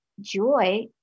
joy